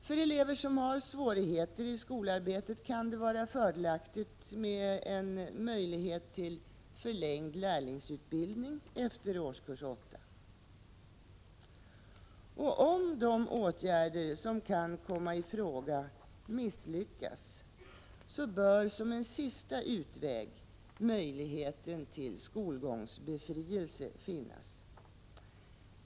För elever som har svårigheter i skolarbetet kan det vara fördelaktigt med en möjlighet till förlängd lärlingsutbildning efter årskurs 8, och om de åtgärder som kan komma i fråga misslyckas bör som en sista utväg möjligheten till skolgångsbefrielse finnas.